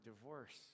divorce